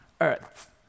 earth